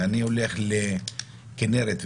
ובכינרת,